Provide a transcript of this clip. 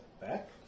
back